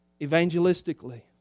evangelistically